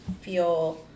feel